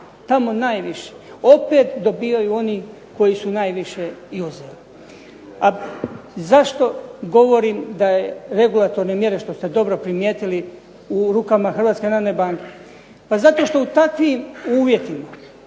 Tamo najviše. Opet dobivaju oni koji su najviše i uzeli. A zašto govorim da je regulatorne mjere što ste dobro primijetili u rukama Hrvatske narodne banke? Pa zato što u takvim uvjetima